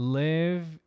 live